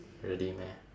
really meh